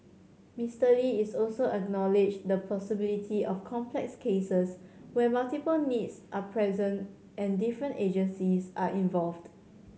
Mister Lee is also acknowledged the possibility of complex cases where multiple needs are present and different agencies are involved